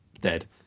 dead